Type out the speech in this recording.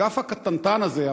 האגף הקטנטן הזה,